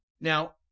now